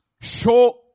show